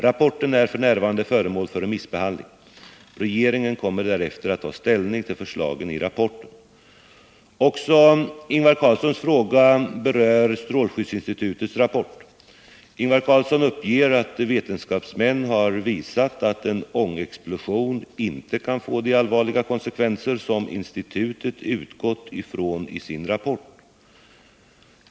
Rapporten är f. n. föremål för remissbehandling. Regeringen kommer därefter att ta ställning till förslagen i rapporten. Också Ingvar Carlssons fråga berör strålskyddsinstitutets rapport. Ingvar Carlsson uppger att vetenskapsmän har visat att en ångexplosion inte kan få de allvarliga konskvenser som institutet utgått från i sin rapport.